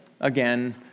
again